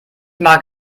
mag